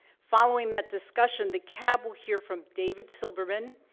following that discussion, the cab will hear from david silberman,